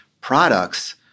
Products